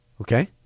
Okay